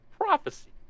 prophecy